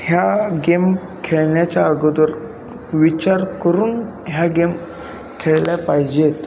ह्या गेम खेळण्याच्या अगोदर विचार करून ह्या गेम खेळल्या पाहिजेत